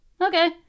okay